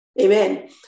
amen